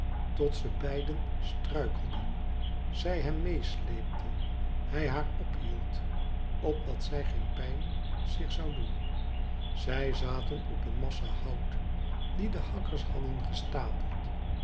tot ze beiden struikelden zij hem meesleepte hij haar ophield opdat zij geen pijn zich zou doen zij zaten op een massa hout die de hakkers hadden gestapeld